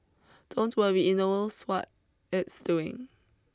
don't worry it knows what it's doing